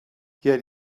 yet